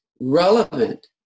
relevant